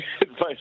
advice